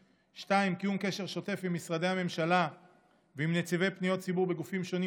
2. קיום קשר שוטף עם משרדי הממשלה ועם נציבי פניות ציבור בגופים שונים,